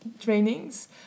trainings